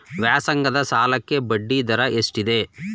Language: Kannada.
ವ್ಯಾಸಂಗದ ಸಾಲಕ್ಕೆ ಬಡ್ಡಿ ದರ ಎಷ್ಟಿದೆ?